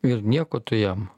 ir nieko tu jam